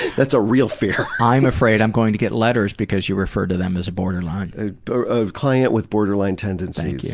that's a real fear! i'm afraid i'm going to get letters because you referred to them as a borderline. a a client with borderline tendencies. thank you.